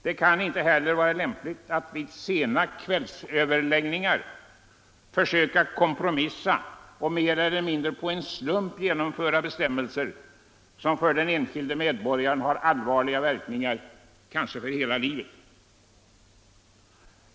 Det kan inte heller vara lämpligt att vid sena kvällsöverläggningar försöka kompromissa och mer eller mindre på en slump genomföra bestämmelser som för den enskilde medborgaren har allvarliga verkningar, kanske för hela livet.